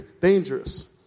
dangerous